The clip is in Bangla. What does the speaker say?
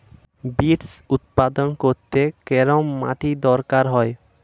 বিটস্ উৎপাদন করতে কেরম মাটির দরকার হয়?